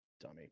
dummy